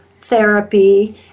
therapy